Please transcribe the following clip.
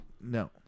No